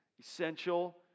essential